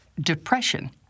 Depression